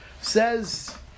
Says